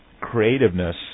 creativeness